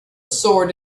sword